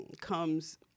comes